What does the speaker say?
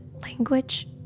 language